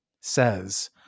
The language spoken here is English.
says